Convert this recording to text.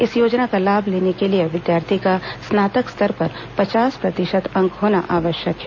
इस योजना का लाभ लेने के लिए विद्यार्थी का स्नातक स्तर पर पचास प्रतिशत अंक होना आवश्यक है